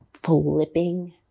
Flipping